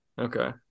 okay